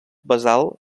basal